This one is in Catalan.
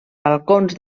balcons